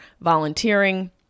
volunteering